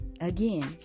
again